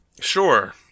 Sure